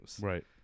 right